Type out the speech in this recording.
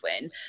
win